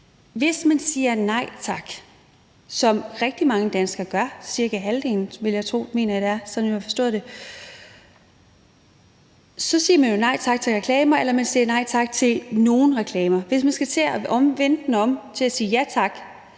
Hvis man siger nej tak, som rigtig mange danskere gør – cirka halvdelen, mener jeg det er, som jeg har forstået det – så siger man jo nej tak til reklamer generelt, eller man siger nej tak til nogle reklamer. Hvis man skal til at vende den om til at sige ja tak,